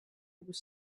was